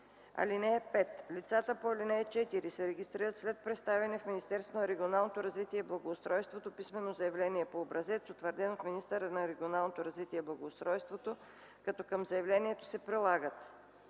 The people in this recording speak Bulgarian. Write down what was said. (5) Лицата по ал. 4 се регистрират след представяне в Министерството на регионалното развитие и благоустройството писмено заявление по образец, утвърден от министъра на регионалното развитие и благоустройство, като към заявлението прилагат: